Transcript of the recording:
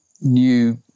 new